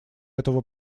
этого